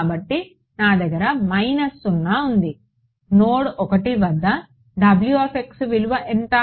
కాబట్టి నా దగ్గర మైనస్ 0 ఉంది నోడ్ 1 వద్ద విలువ ఎంత